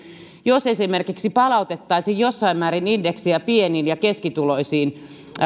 jos esimerkiksi palautettaisiin jossain määrin indeksiä pieniin ja keskituloisiin